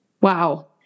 Wow